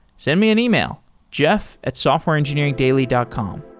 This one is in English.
send me an email jeff at softwareengineeringdaily dot com.